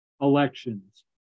elections